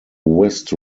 west